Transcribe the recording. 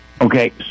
Okay